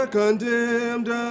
condemned